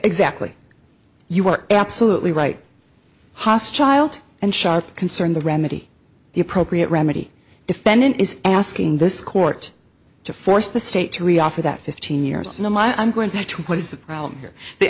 exactly you are absolutely right haas child and shot concern the remedy the appropriate remedy defendant is asking this court to force the state to we offer that fifteen years and i'm i'm going to have to what is the problem here the